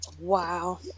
Wow